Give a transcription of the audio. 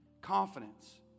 Confidence